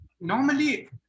normally